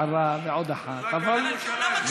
הדבר הזה הוא בזכות הקשר החזק שיש לראש הממשלה נתניהו איתו.